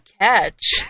catch